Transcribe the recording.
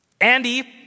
Andy